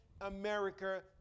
America